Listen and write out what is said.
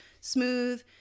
smooth